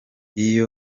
iyo